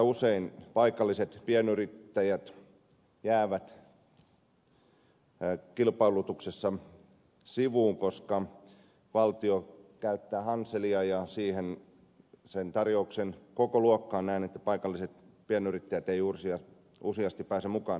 usein paikalliset pienyrittäjät jäävät kilpailutuksessa sivuun koska valtio käyttää hanselia ja näen että sen tarjouksen kokoluokkaan paikalliset pienyrittäjät eivät useasti pääse mukaan